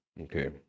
okay